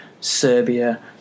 Serbia